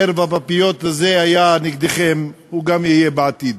חרב הפיפיות הזו הייתה נגדכם, היא גם תהיה בעתיד.